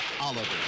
Oliver